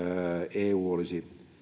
eu olisi